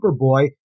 Superboy